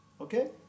okay